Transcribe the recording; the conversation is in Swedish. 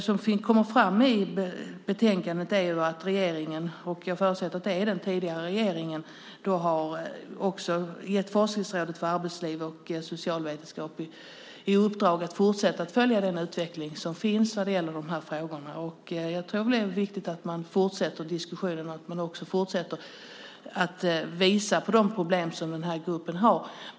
Som framgår av betänkandet har regeringen - jag förutsätter att det gäller den tidigare regeringen - gett Forskningsrådet för arbetsliv och socialvetenskap i uppdrag att fortsätta att följa utvecklingen i de här frågorna. Jag tror att det är viktigt att fortsätta diskussionen och att fortsatt visa på de problem som den här gruppen har.